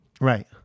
right